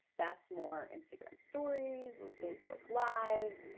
that's more instagram stories, facebook live,